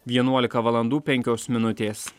vienuolika valandų penkios minutės